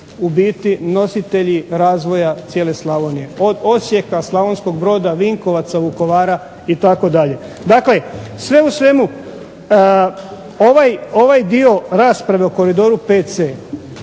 u biti nositelji razvoja cijele Slavonije. Od Osijeka, Slavonskog Broda, Vinkovaca, Vukovara itd. Dakle, sve u svemu ovaj dio rasprave o Koridoru VC